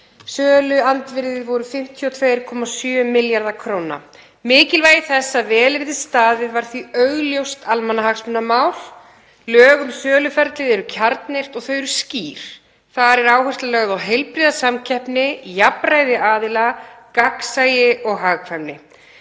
Söluandvirðið var 52,7 milljarða kr. og mikilvægi þess að vel yrði staðið að sölunni var því augljóst almannahagsmunamál. Lög um söluferlið eru kjarnyrt og þau eru skýr. Þar er áhersla lögð á heilbrigða samkeppni, jafnræði aðila, gagnsæi og hagkvæmni.